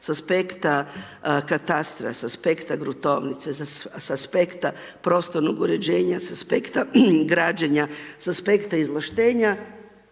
sa aspekta katatastra, sa aspekta gruntovnice, sa aspekta prostornog uređenja, sa aspekta građenja, sa aspekta izvlaštenja